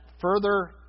further